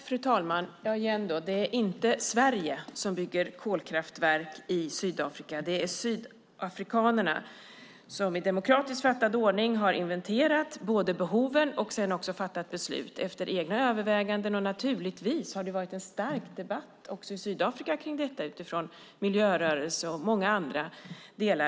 Fru talman! Det är inte Sverige som bygger kolkraftverk i Sydafrika. Det är sydafrikanerna som i demokratisk ordning har inventerat behoven och fattat beslut efter egna överväganden. Det har naturligtvis varit en stark debatt om detta i Sydafrika när det gäller miljö och annat.